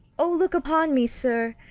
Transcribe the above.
o look upon me. sir,